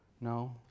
No